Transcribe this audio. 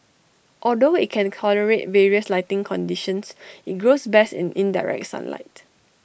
although IT can tolerate various lighting conditions IT grows best in indirect sunlight